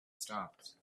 stopped